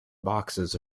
boxes